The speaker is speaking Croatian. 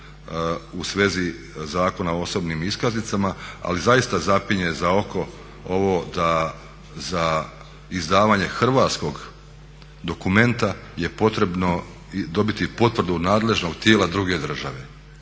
u svezi Zakona o osobnim iskaznicama ali zaista zapinje za oko ovo da za izdavanje hrvatskog dokumenta je potrebno dobiti potvrdu nadležnog tijela druge države.